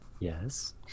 Yes